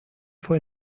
fue